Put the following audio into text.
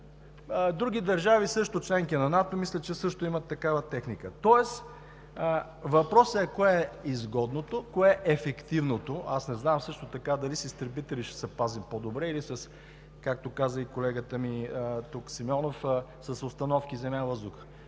Други държави, също членски на НАТО, мисля, че също имат такава техника. Тоест въпросът е кое е изгодното, кое е ефективното? Аз не знам също така дали с изтребители ще се пазим по-добре, или – както каза и колегата Симеонов – с установки „земя-въздух“.